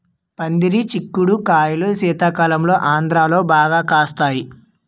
పందిరి సిక్కుడు కాయలు శీతాకాలంలో ఆంధ్రాలో బాగా కాస్తాయి